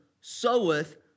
soweth